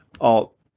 alt